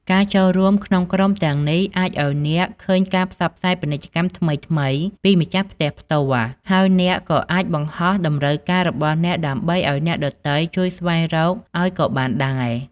ការចូលរួមក្នុងក្រុមទាំងនេះអាចឱ្យអ្នកឃើញការផ្សាយពាណិជ្ជកម្មថ្មីៗពីម្ចាស់ផ្ទះផ្ទាល់ ហើយអ្នកក៏អាចបង្ហោះតម្រូវការរបស់អ្នកដើម្បីឱ្យអ្នកដទៃជួយស្វែងរកអោយក៏បានដែរ។